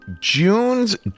June's